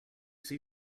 see